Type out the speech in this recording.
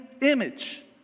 image